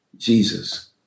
Jesus